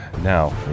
Now